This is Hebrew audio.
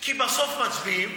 כי בסוף מצביעים.